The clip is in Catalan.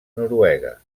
noruega